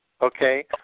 okay